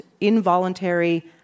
involuntary